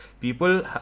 People